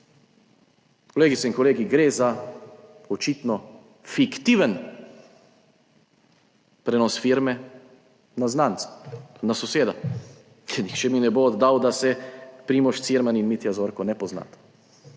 Kolegice in kolegi, gre za očitno fiktiven prenos firme na znanca, na soseda. Nihče mi ne bo oddal, da se Primož Cirman in Mitja Zorko ne poznata.